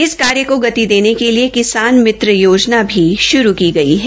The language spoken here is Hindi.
इस कार्य को गति देने के लिए किसान मित्र योजना भी आरम्भ की गई है